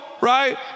right